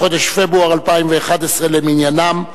פברואר 2011 למניינם.